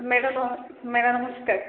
madam madam ନମସ୍କାର